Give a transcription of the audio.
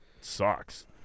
Sucks